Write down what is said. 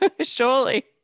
surely